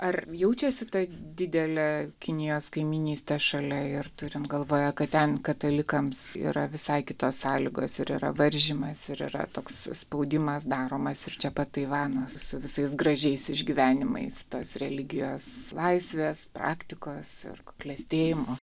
ar jaučiasi ta didelė kinijos kaimynystė šalia ir turim galvoje kad ten katalikams yra visai kitos sąlygos ir yra varžymas ir yra toks spaudimas daromas ir čia pat taivanas su visais gražiais išgyvenimais tos religijos laisvės praktikos ir klestėjimo